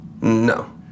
No